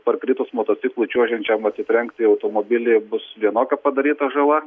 parkritus motociklui čiuožiančiam atsitrenkti į automobilį bus vienokia padaryta žala